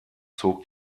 zog